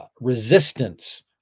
resistance